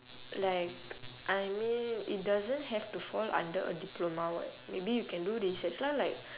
like I mean it doesn't have to fall under a diploma [what] maybe you can do research lah like